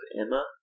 Emma